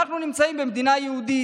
אנחנו נמצאים במדינה יהודית.